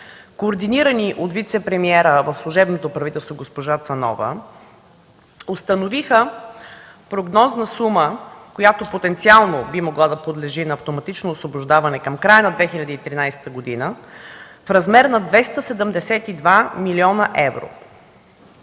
координирани от вицепремиера в служебното правителство госпожа Цанова, установиха прогнозна сума, която потенциално би могла да подлежи на автоматично освобождаване към края на 2013 г. в размер на 272 млн. евро.